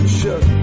shut